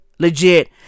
Legit